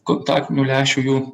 kontaktinių lęšių jų